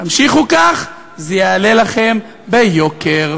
תמשיכו כך, זה יעלה לכם ביוקר.